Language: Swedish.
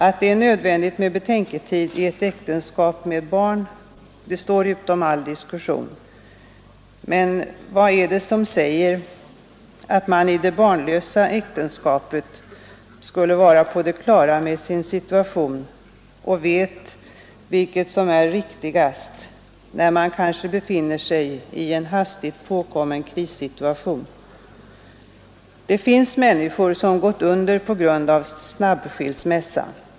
Att det är nödvändigt med betänketid i ett äktenskap med barn står utom all diskussion. Men vad är det som säger att man i det barnlösa äktenskapet skulle vara på det klara med sin situation och veta vilket som är riktigast, när man kanske befinner sig i en hastigt påkommen krissituation? Det finns människor som gått under på grund av snabbskilsmässa.